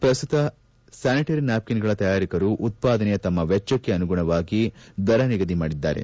ಪ್ರಸ್ತುತ ಸ್ಥಾನಿಟರಿ ನ್ಯಾಪ್ಕಿನ್ಗಳ ತಯಾರಕರು ಉತ್ಪಾದನೆಯ ತಮ್ಮ ವೆಚ್ಚಕ್ಕೆ ಅನುಗುಣವಾಗಿ ದರ ನಿಗದಿ ಮಾಡಿದ್ದಾರೆ